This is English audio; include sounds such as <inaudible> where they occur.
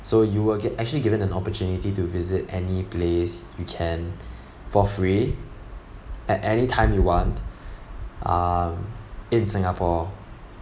so you were gi~ actually given an opportunity to visit any place you can <breath> for free at any time you want <breath> um in singapore